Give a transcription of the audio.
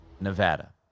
Nevada